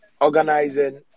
organizing